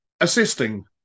Assisting